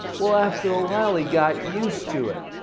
well, after a while, he got used to it.